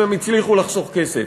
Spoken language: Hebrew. אם הם הצליחו לחסוך כסף.